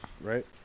right